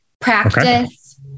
Practice